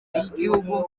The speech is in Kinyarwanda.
y’igihugu